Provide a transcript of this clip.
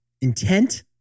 intent